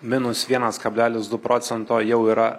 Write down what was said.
minus vienas kabelis du procento jau yra